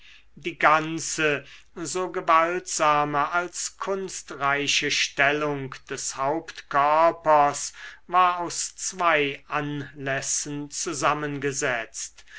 die ganze so gewaltsame als kunstreiche stellung des hauptkörpers war aus zwei anlässen zusammengesetzt